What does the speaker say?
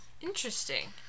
Interesting